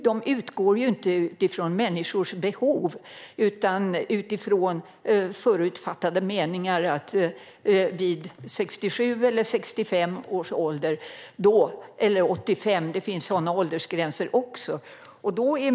Dessa utgår ju inte från människors behov utan från förutfattade meningar om 67 eller 65 års ålder, eller 85 - det finns sådana åldersgränser också.